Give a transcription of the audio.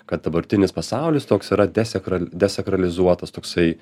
kad dabartinis pasaulis toks yra desekra desakralizuotas toksai